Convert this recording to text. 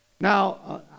Now